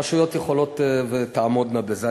הרשויות יכולות ותעמודנה בזה.